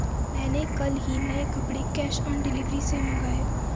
मैंने कल ही नए कपड़े कैश ऑन डिलीवरी से मंगाए